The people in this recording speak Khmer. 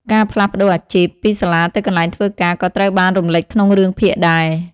ការផ្លាស់ប្តូរអាជីព ពីសាលាទៅកន្លែងធ្វើការក៏ត្រូវបានរំលេចក្នុងរឿងភាគដែរ។